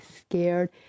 scared